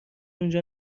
اونجا